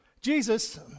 Jesus